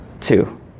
Two